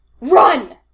RUN